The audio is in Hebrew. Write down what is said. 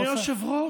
אדוני היושב-ראש,